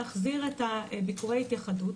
אפשרנו להחזיר את ביקורי ההתייחדות.